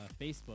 Facebook